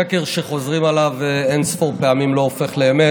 שקר שחוזרים עליו אין-ספור פעמים לא הופך לאמת.